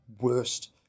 worst